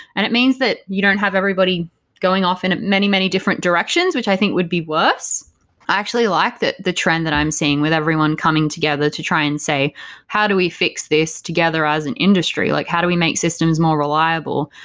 and it means that you don't have everybody going off in many, many different directions, which i think would be worse. i actually like the trend that i'm seeing with everyone coming together to try and say how do we fix this together as an industry? like how do we make systems more reliable?